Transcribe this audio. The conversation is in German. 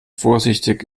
vorsichtig